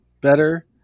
better